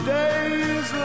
days